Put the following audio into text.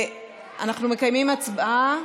אנחנו מקיימים הצבעה.